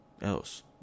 else